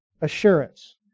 assurance